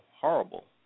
horrible